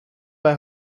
bij